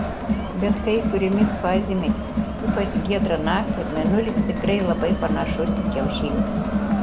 bet kai kuriomis fazėmis ypač giedrą naktį mėnulis tikrai labai panašus į kiaušinį